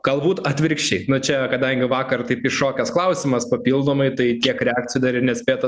galbūt atvirkščiai nu čia kadangi vakar taip iššokęs klausimas papildomai tai kiek reakcijų dar ir nespėta